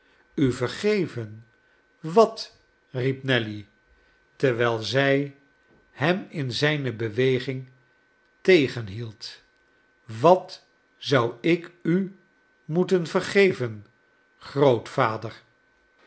u vergeven wat riep nelly terwijl zij hem in zijne beweging tegenhield wat zou ik u moeten vergeven grootvader